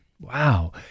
wow